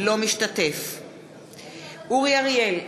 אינו משתתף אורי אריאל,